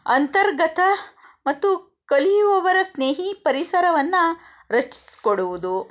ಅಂತರ್ಗತ ಮತ್ತು ಕಲಿಯುವವರ ಸ್ನೇಹಿ ಪರಿಸರವನ್ನು ರಚಿಸಿಕೊಡುವುದು